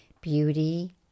beauty